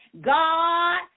God